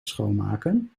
schoonmaken